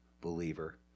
believer